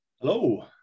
Hello